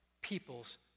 people's